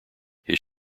his